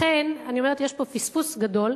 לכן אני אומרת, יש פה פספוס גדול.